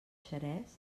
xerès